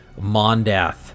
Mondath